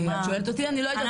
אם את שואלת אותי אני לא יודעת,